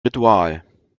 ritual